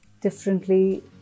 differently